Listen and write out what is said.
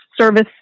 service